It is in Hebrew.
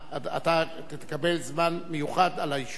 אתה תקבל זמן מיוחד על העישון.